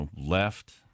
left